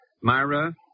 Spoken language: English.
Myra